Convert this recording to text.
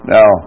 Now